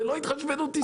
זאת לא התחשבנות עסקית.